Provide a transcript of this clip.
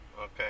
Okay